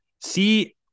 See